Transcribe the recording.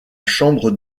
chambre